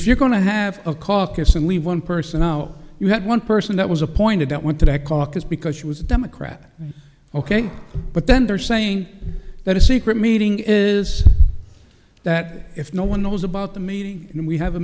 if you're going to have a caucus and leave one person i know you had one person that was appointed that went to that caucus because she was a democrat ok but then they're saying that a secret meeting is that if no one knows about the meeting and we have a